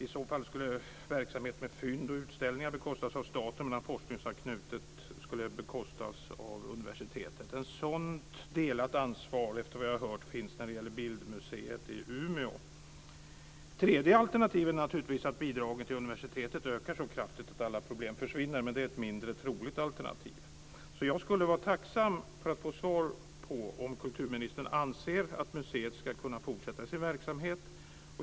I så fall skulle verksamheten med fynd och utställningar bekostas av staten, medan forskningsanknuten verksamhet skulle bekostas av universitetet. Ett sådant delat ansvar finns, efter vad jag har hört, för Bildmuseet i Umeå. Det tredje alternativet är naturligtvis att bidragen till universitetet ökar så kraftigt att alla problem försvinner, men det är ett mindre troligt alternativ. Jag skulle vara tacksam för att få svar på om kulturministern anser att museet ska kunna fortsätta sin verksamhet.